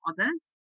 others